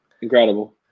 incredible